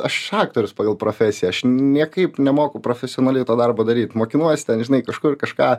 aš aktorius pagal profesiją aš niekaip nemoku profesionaliai to darbo daryt mokinuosi ten žinai kažkur kažką